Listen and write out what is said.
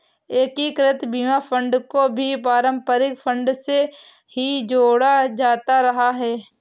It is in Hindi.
एकीकृत बीमा फंड को भी पारस्परिक फंड से ही जोड़ा जाता रहा है